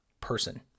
person